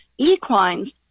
equines